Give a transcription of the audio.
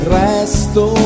resto